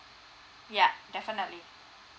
ya definitely